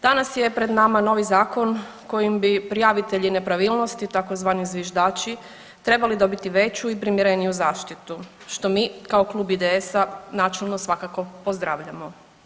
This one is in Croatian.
Danas je pred nama novi zakon kojim bi prijavitelji nepravilnosti tzv. zviždači trebali dobiti veću i primjereniju zaštitu što mi kao klub IDS-a načelno svakako pozdravljamo.